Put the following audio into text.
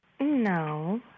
No